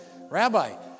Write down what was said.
Rabbi